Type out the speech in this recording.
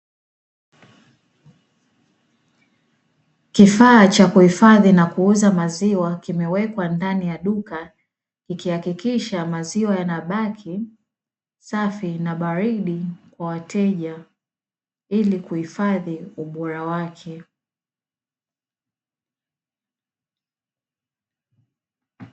Kifaa cha kuhifadhi na kuuza maziwa, kimewekwa ndani ya duka kikihakikisha maziwa yanabaki safi na baridi kwa wateja ili kuhifadhi ubora wake.